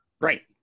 Right